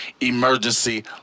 emergency